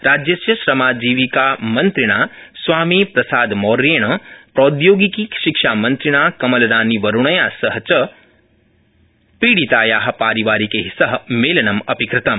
राज्यस्य श्रमाजीविकामन्त्रिणा स्वामिप्रसादमौर्येण प्रोद्यौगिकी शिक्षामन्त्रिणा कमलरानीवरुणया सह च पीडिताया पारिवारिकै सह मेलनमपि कृतम्